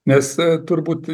nes turbūt